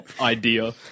idea